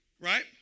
Right